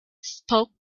spoke